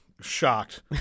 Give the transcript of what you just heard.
shocked